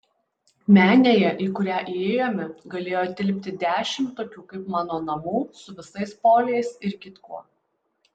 menėje į kurią įėjome galėjo tilpti dešimt tokių kaip mano namų su visais poliais ir kitkuo